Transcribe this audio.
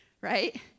Right